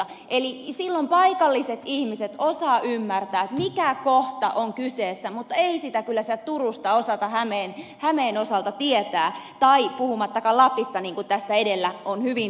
eli silloin paikalliset ihmiset ymmärtävät mikä paikka on kyseessä mutta ei sitä kyllä sieltä turusta osata hämeen osalta tietää puhumattakaan lapista niin kuin tässä edellä on hyvin tullut esiin